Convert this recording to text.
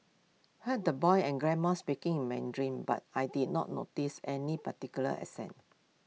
heard the boy and grandma speaking in Mandarin but I did not notice any particular accent